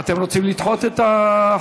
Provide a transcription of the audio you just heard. אתם רוצים לדחות את ההחלטה?